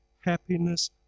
happiness